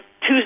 two